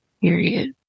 Period